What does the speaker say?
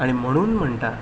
आनी म्हणून म्हणटा